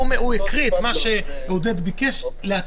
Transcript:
עו"ד ליבנה הקריא את מה שביקש חבר הכנסת פורר,